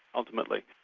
ultimately?